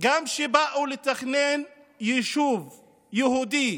שגם כשבאו לתכנן יישוב יהודי